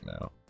now